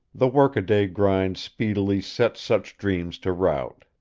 the workaday grind speedily set such dreams to rout.